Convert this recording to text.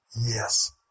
Yes